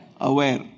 aware